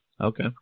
Okay